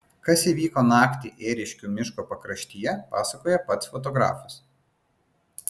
kas įvyko naktį ėriškių miško pakraštyje pasakoja pats fotografas